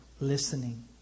listening